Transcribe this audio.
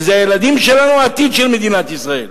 וזה הילדים שלנו, העתיד של מדינת ישראל.